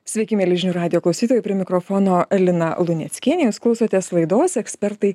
sveiki mieli žinių radijo klausytojai prie mikrofono lina luneckienė jūs klausotės laidos ekspertai